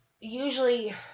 usually